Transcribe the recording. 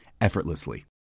effortlessly